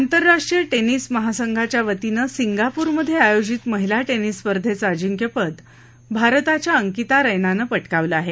आंतरराष्ट्रीय टेनिस महासंघाच्या वतीनं सिंगाप्रमध्ये आयोजित महिला टेनिस स्पर्धेचं अजिंक्यपद भारताच्या अंकिता रैनानं पटकावलं आहे